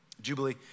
Jubilee